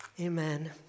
Amen